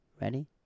Ready